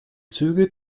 züge